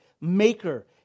maker